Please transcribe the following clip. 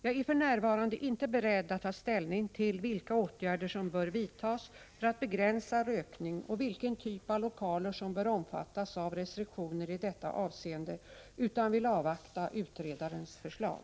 Jag är för närvarande inte beredd att ta ställning till vilka åtgärder som bör vidtas för att begränsa rökning, och vilken typ av lokaler som bör omfattas av restriktioner i detta avseende, utan vill avvakta utredarens förslag.